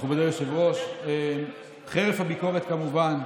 מכובדי היושב-ראש, חרף הביקורת, כמובן,